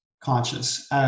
conscious